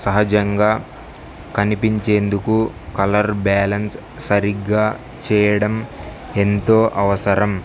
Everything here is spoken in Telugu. సహజంగా కనిపించేందుకు కలర్ బ్యాలన్స్ సరిగ్గా చేయడం ఎంతో అవసరం